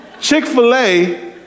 Chick-fil-A